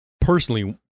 Personally